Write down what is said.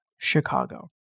Chicago